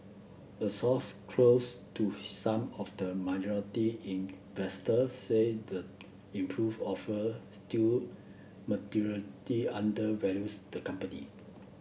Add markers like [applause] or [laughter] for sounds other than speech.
a source close to some of the [unintelligible] investors said the improved offer still [unintelligible] under values the company